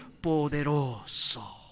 Poderoso